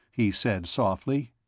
he said softly.